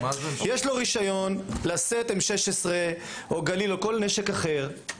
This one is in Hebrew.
יש לו רישיון לשאת M16 או גליל או כל נשק אחר,